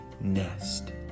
nest